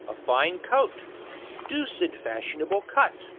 a fine coat doocid fashionable cut,